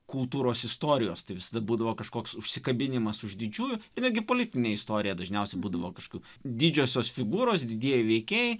kultūros istorijos visada būdavo kažkoks užsikabinimas už didžiųjų regi politinę istoriją dažniausiai būdavo kažkaip didžiosios figūros didieji veikėjai